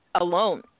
Alone